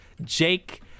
Jake